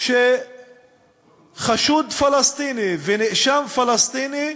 כך שחשוד פלסטיני ונאשם פלסטיני,